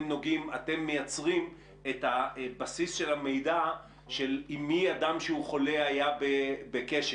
אתם מייצרים את בסיס המידע עם מי אדם שהוא חולה היה בקשר.